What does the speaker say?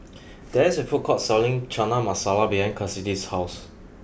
there is a food court selling Chana Masala behind Kassidy's house